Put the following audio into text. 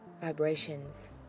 vibrations